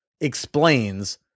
explains